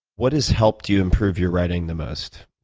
what has helped you improve your writing the most,